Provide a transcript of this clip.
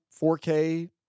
4K